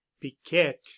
piquette